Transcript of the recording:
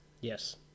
Yes